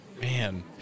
Man